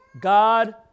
God